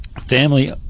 family